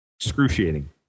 Excruciating